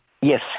Yes